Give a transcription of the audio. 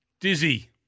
Dizzy